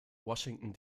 washington